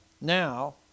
now